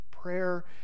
Prayer